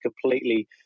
completely